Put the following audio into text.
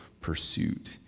pursuit